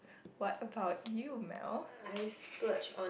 what about you Mel